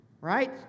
right